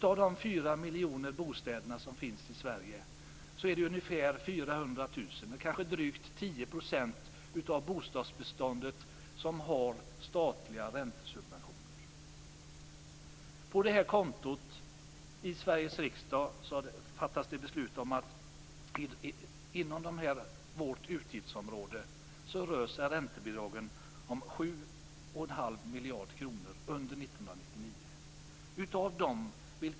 Av dessa 4 miljoner bostäder är det ungefär 400 000, kanske drygt 10 % av bostadsbeståndet, som har statliga räntesubventioner. I Sveriges riksdag fattas det beslut inom vårt utgiftsområde om 7 1⁄2 miljarder kronor i räntebidrag under 1999.